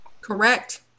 Correct